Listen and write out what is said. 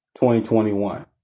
2021